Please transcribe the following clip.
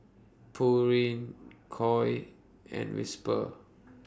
Pureen Koi and Whisper